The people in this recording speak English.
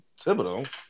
Thibodeau